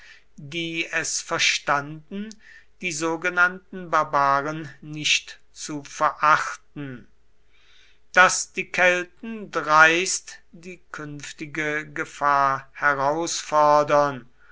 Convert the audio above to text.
die es verstanden die sogenannten barbaren nicht zu verachten daß die kelten dreist die künftige gefahr herausfordern